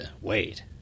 wait